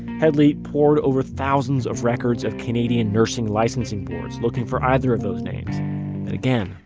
headley pored over thousands of records of canadian nursing licensing boards looking for either of those names. but again,